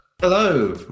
hello